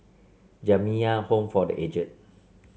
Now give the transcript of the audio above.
Jamiyah Home for The Aged